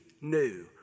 new